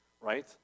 right